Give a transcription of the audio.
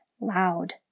loud